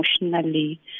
emotionally